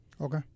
Okay